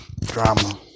Drama